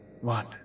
One